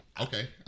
Okay